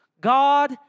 God